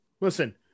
Listen